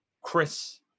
Chris